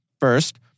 First